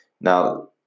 Now